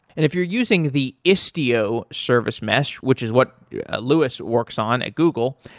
if you're using the istio service mesh, which is what louis works on at google,